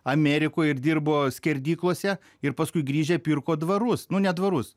amerikoj ir dirbo skerdyklose ir paskui grįžę pirko dvarus nu ne dvarus